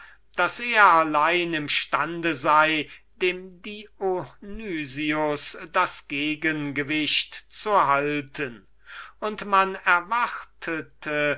daß er allein im stande war ihm das gleichgewicht zu halten und man erwartete